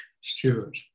Stewart